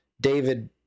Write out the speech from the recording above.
David